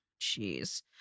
Jeez